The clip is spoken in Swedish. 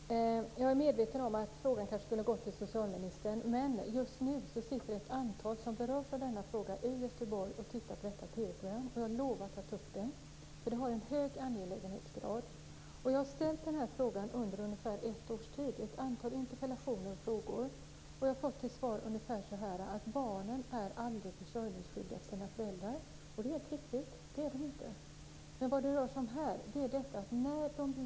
Herr talman! Jag är medveten om att frågan kanske skulle ha ställts till socialministern, men just nu sitter ett antal berörda personer i Göteborg och följer detta i TV. Jag har lovat att ta upp frågan, som har en hög angelägenhetsgrad. Jag har ställt samma fråga i ungefär ett års tid i ett antal interpellationer och skriftliga frågor. Det svar jag fått är ungefär att barnen aldrig är försörjningsskyldiga gentemot sina föräldrar. Detta är helt riktigt; det är de inte.